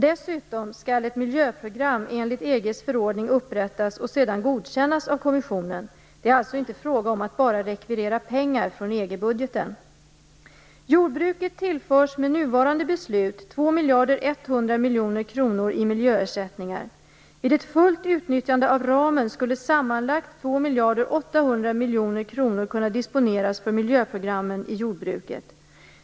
Dessutom skall ett miljöprogram enligt EG:s förordning upprättas och sedan godkännas av kommissionen. Det är alltså inte fråga om att bara rekvirera pengar från EG-budgeten. miljoner kronor i miljöersättningar. Vid ett fullt utnyttjande av ramen skulle sammanlagt 2 800 miljoner kronor kunna disponeras för miljöprogrammen i jordbruket.